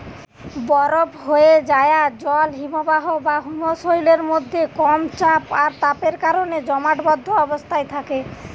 বরফ হোয়ে যায়া জল হিমবাহ বা হিমশৈলের মধ্যে কম চাপ আর তাপের কারণে জমাটবদ্ধ অবস্থায় থাকে